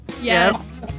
Yes